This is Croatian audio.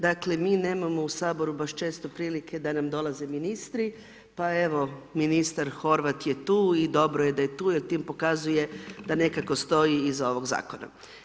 Dakle mi nemamo u Saboru baš često prilike da nam dolaze ministri pa evo ministar Horvat je tu i dobro je da je tu jer time pokazuje da nekako stoji iza ovog zakona.